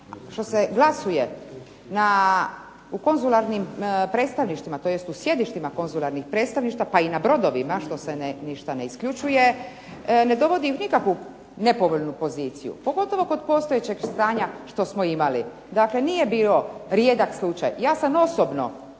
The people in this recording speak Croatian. što se glasuje u konzularnim predstavništvima, tj. u sjedištima konzularnih predstavništava, pa i na brodovima što se ništa ne isključuje ne dovodi u nikakvu nepovoljnu poziciju. Pogotovo kod postojećeg stanja što smo imali. Dakle, nije bio rijedak slučaj. Ja sam osobno